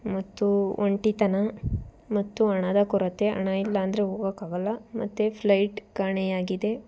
ಮತ್ತೂ ಒಂಟಿತನ ಮತ್ತು ಹಣದ ಕೊರತೆ ಹಣ ಇಲ್ಲ ಅಂದರೆ ಹೋಗೋಕ್ಕಾಗಲ್ಲ ಮತ್ತೆ ಫ್ಲೈಟ್ ಕಾಣೆಯಾಗಿದೆ